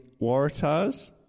Waratahs